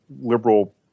liberal